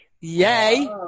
Yay